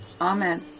Amen